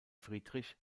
friedrich